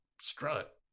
Strut